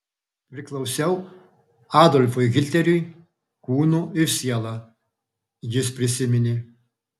priklausiau adolfui hitleriui kūnu ir siela jis prisiminė